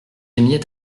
aimiez